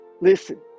Listen